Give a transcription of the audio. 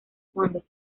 cuando